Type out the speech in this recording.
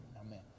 Amen